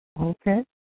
Okay